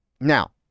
Now